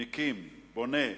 מקים, בונה,